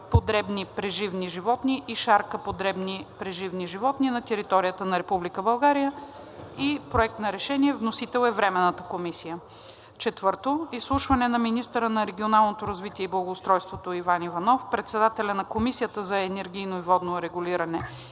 по дребни преживни животни и шарка по дребни преживни животни на територията на Република България и Проект на решение. Вносител е Временната комисия. 4. Изслушване на министъра на регионалното развитие и благоустройството Иван Иванов, председателя на Комисията за енергийно и водно регулиране